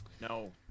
No